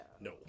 No